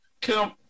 Kim